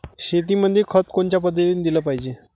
शेतीमंदी खत कोनच्या पद्धतीने देलं पाहिजे?